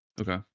Okay